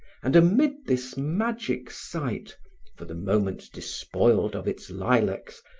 and, amid this magic site for the moment despoiled of its lilacs,